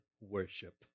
worship